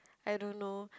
I don't know